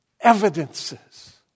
evidences